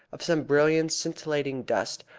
of some brilliant scintillating dust,